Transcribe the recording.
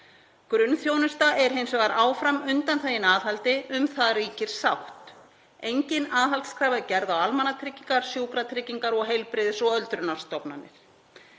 Grunnþjónusta er hins vegar áfram undanþegin aðhaldi. Um það ríkir sátt. Engin aðhaldskrafa er gerð á almannatryggingar, sjúkratryggingar og heilbrigðis- og öldrunarstofnanir.